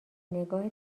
نگاه